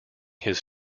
his